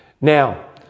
Now